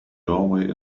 doorway